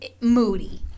moody